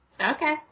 Okay